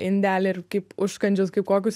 indelį ir kaip užkandžius kaip kokius